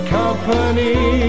company